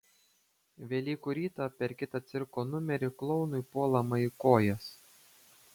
velykų rytą per kitą cirko numerį klounui puolama į kojas